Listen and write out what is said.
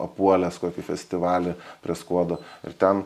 apuolės kokį festivalį prie skuodo ir ten